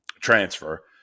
transfer